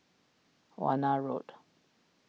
Warna Road